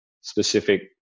specific